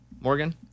Morgan